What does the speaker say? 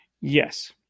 Yes